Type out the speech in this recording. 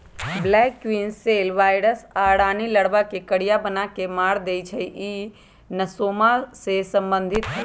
black queen cell virus इ रानी लार्बा के करिया बना के मार देइ छइ इ नेसोमा से सम्बन्धित हइ